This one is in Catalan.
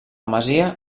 masia